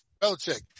Belichick